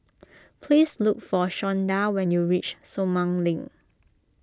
please look for Shawnda when you reach Sumang Link